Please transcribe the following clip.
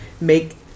make